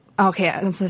Okay